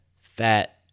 fat